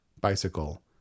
bicycle